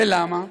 ולמה?